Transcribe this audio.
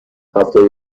هفتاد